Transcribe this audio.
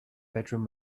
bedroom